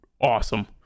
awesome